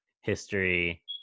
history